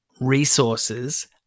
resources